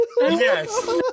Yes